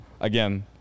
again